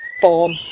form